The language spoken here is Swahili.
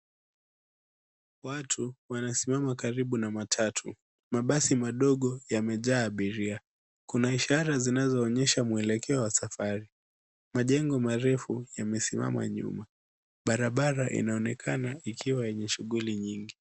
Watu wanasimama karibu na matatu. Mabasi madogo yamejaa abiria. Kuna ishara zinazoonyesha mwelekeo wa safari. Majengo marefu yamesimama nyuma. Barabara inaonekana ikiwa na shughuli nyingi.